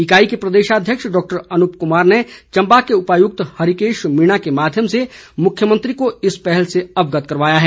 इकाई के प्रदेशाध्यक्ष डॉक्टर अनुप कुमार ने चंबा के उपायुक्त हरिकेश मीणा के माध्यम से मुख्यमंत्री को इस पहल से अवगत करवाया है